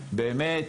באמת,